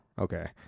Okay